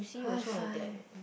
high five